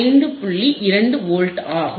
2 volt ஆகும்